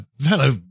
Hello